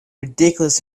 ridiculous